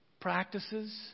practices